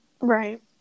Right